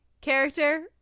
character